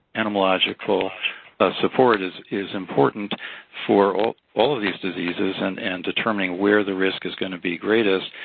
entomological support is is important for all all of these diseases and and determining where the risk is going to be greatest.